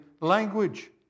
language